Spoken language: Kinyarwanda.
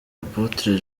apôtre